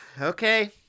Okay